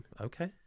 Okay